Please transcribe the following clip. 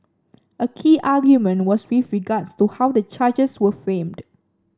a key argument was with regards to how the charges were framed